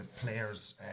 players